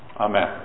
Amen